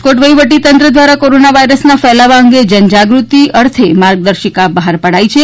રાજકોટ વહીવટીતંત્ર દ્વારા કોરોના વાયરસના ફેલાવા અંગે જનજાગૃતિ અર્થે માર્ગદર્શિકા બહાર પડાઇ છે